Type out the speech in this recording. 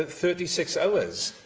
ah thirty six hours,